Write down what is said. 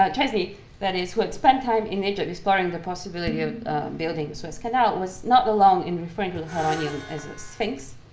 ah chesney that is, who had spent time in egypt exploring the possibility of building suez canal, was not alone in referring to charonion as a sphinx